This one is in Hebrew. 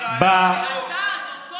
לא עשה את זה.